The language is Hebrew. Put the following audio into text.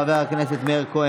חבר הכנסת יוסף עטאונה,